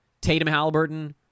Tatum-Halliburton